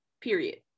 period